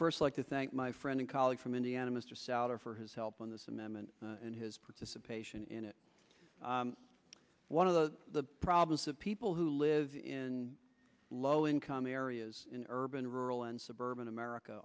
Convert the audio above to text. first like to thank my friend and colleague from indiana mr souter for his help on this amendment and his participation in it one of the problems of people who live in low income areas in urban rural and suburban america